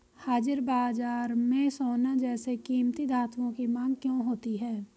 हाजिर बाजार में सोना जैसे कीमती धातुओं की मांग क्यों होती है